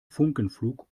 funkenflug